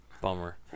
bummer